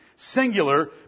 Singular